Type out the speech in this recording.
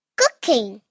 cooking